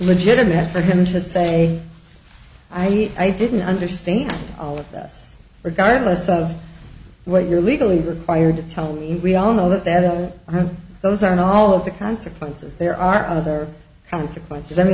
legitimate for him to say i eat i didn't understand all of this regardless of what you're legally required to tell we all know that that those are in all of the consequences there are other consequences i mean